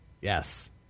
Yes